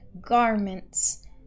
garments